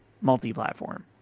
multi-platform